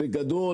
בגדול,